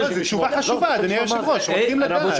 זו ישיבה חשובה, אדוני היושב-ראש, רוצים לדעת.